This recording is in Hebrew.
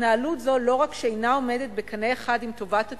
התנהלות זו לא רק שאינה עומדת בקנה אחד עם טובת הציבור,